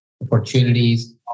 opportunities